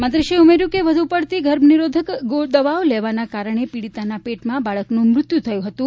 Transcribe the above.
મંત્રીશ્રીએ ઉમેર્યું કે વદુ પડતી ગર્ભ નિરોધક દવાઓ લેવાના કારણે પીડીતાના પેટમાં બાળકનું મૃત્યું થયું હતું